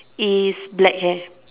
is black hair